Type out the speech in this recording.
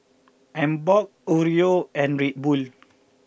Emborg Oreo and Red Bull